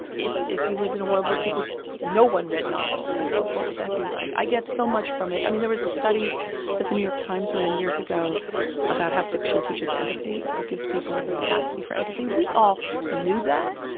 if if you lived in a world where people no one read novels, like, what what would that be like? i get so much from it. i mean, there was a study that the new york times ran years ago about how fiction teaches empathy or gives people the capacity for empathy. we all knew that,